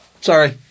Sorry